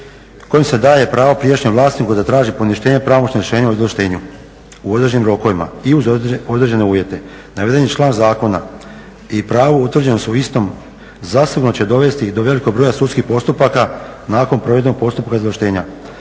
kojim se daje pravo prijašnjem vlasniku da traži poništenje pravomoćnog rješenja o izvlaštenju u određenim rokovima i uz određene uvjete. Navedeni član zakona i pravo utvrđeni su istom zasigurno će dovesti do velikog broja sudskih postupaka nakon provedenog postupka izvlaštenja.